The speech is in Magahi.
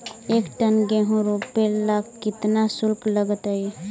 एक टन गेहूं रोपेला केतना शुल्क लगतई?